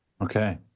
Okay